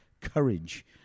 courage